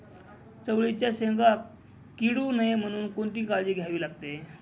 चवळीच्या शेंगा किडू नये म्हणून कोणती काळजी घ्यावी लागते?